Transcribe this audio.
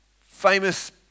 famous